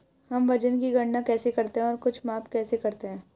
हम वजन की गणना कैसे करते हैं और कुछ माप कैसे करते हैं?